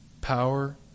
power